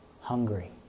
hungry